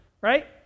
right